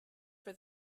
for